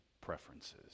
preferences